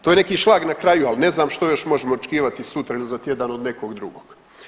To je neki šlag na kraju, ali ne znam što još možemo očekivati sutra ili za tjedan od nekog drugog.